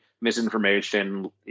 misinformation